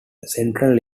central